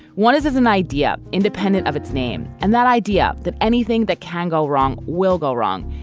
one is as an idea independent of its name and that idea that anything that can go wrong will go wrong.